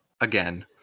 Again